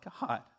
God